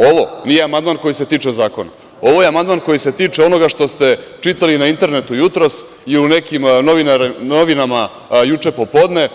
Ovo nije amandman koji se tiče zakona, ovo je amandman koji se tiče onoga što ste čitali na internetu jutros i u nekim novinama juče popodne,